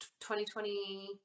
2020